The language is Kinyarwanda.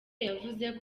yavuze